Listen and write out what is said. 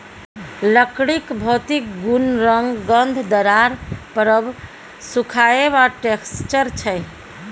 लकड़ीक भौतिक गुण रंग, गंध, दरार परब, सुखाएब आ टैक्सचर छै